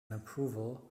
approval